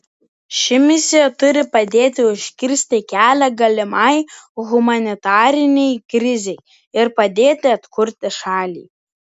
ši misija turi padėti užkirsti kelią galimai humanitarinei krizei ir padėti atkurti šalį